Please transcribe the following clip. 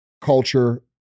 culture